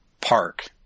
park